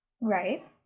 Right